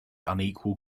unequal